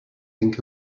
think